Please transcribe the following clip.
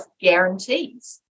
guarantees